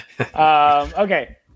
Okay